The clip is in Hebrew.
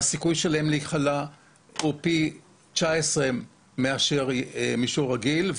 והיסוכי שלהם לחלות הוא פי 19 מאשר בן אדם רגיל.